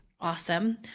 awesome